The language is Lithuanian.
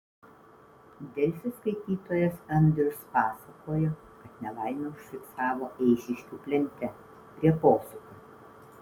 delfi skaitytojas andrius pasakojo kad nelaimę užfiksavo eišiškių plente prie posūkio